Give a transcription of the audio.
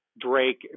Drake